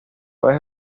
vez